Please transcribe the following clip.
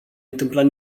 întâmplat